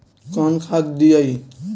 कौन खाद दियई?